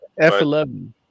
F11